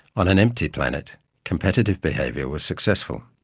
on an empty planet competitive behaviour was successful.